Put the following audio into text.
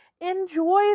Enjoy